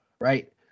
right